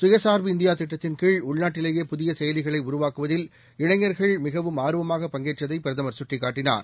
சுயச்சார்புஇந்தியாதிட்டத்தின்கீழ்உள்நாட்டிலேயேபுதிய செயலிகளைஉருவாக்குவதில்இளைஞர்கள்மிகவும்ஆர்வ மாகபங்கேற்றதைபிரதமர்சுட்டிக்காட்டினார்